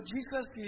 Jesus